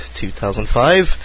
2005